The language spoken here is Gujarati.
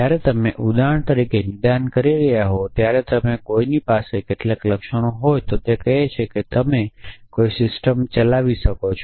જ્યારે તમે ઉદાહરણ તરીકે નિદાન કરી રહ્યાં હોવ ત્યારે તમે કોઈની પાસે કેટલાક લક્ષણો હોય તો કહે છે કે તમે કોઈ સિસ્ટમ ચલાવી શકો છો